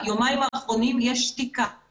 ביומיים האחרונים יש שתיקה.